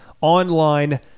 online